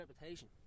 reputation